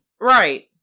Right